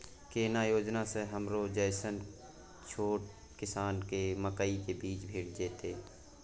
केना योजना स हमरो जैसन छोट किसान के मकई के बीज भेट जेतै?